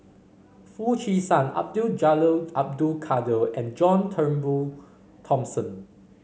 Foo Chee San Abdul Jalil Abdul Kadir and John Turnbull Thomson